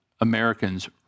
Americans